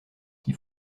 qui